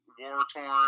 war-torn